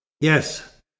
Yes